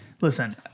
Listen